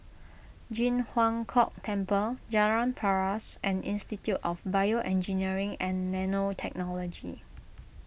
Ji Huang Kok Temple Jalan Paras and Institute of BioEngineering and Nanotechnology